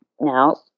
now